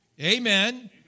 Amen